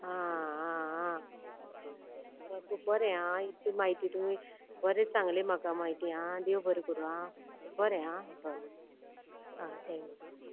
आं आं आं आं बरें आं इतली म्हायती तुमी बरेंच सांगली म्हाका म्हायती आं देव बरें करूं आं बरें आं हय आं थँक्यू